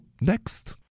next